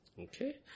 Okay